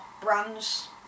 brands